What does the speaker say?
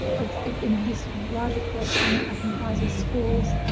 in this larger collection, ah, comprises scores,